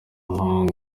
muhango